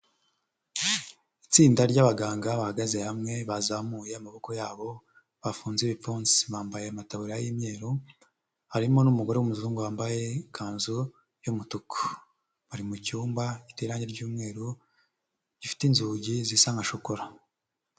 Itsinda ry'abaganga bahagaze hamwe bazamuye amaboko yabo bafunze ibipfunsi, bambaye amatabura y'imyeru harimo n'umugore w'umuzungu wambaye ikanzu y'umutuku, bari mu cyumba giteye irange ry'umweru, gifite inzugi zisa nka shokora.